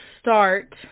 start